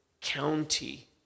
county